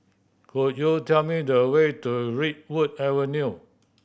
could you tell me the way to Redwood Avenue